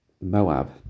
Moab